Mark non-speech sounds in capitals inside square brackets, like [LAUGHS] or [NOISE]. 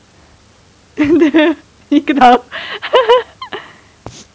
[LAUGHS] you ketawa [LAUGHS]